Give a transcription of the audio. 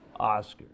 Oscars